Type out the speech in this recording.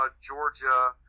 Georgia